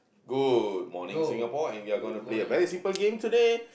good morning Singapore and we are going to play a very simple game today